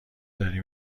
داری